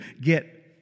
get